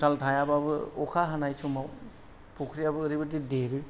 गुथाल थायाब्लाबो अखा हानाय समाव फुख्रिआबो ओरैबायदि देरो